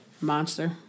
Monster